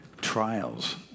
trials